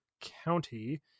County